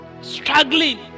struggling